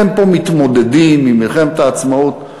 אתם פה מתמודדים עם מלחמת העצמאות.